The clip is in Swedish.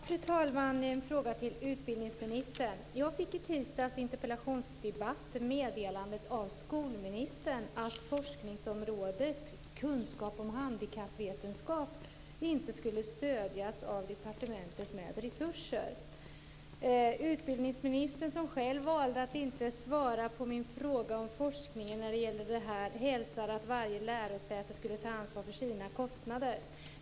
Fru talman! Jag har en fråga till utbildningsministern. I tisdags i en interpellationsdebatt fick jag av skolministern meddelandet att forskningsområdet kunskap om handikappvetenskap inte skulle stödjas av departementet med resurser. Utbildningsministern, som valde att inte svara på min fråga om forskningen när det gäller det här, hälsade att varje lärosäte skulle ta ansvar för sina kostnader.